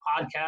podcast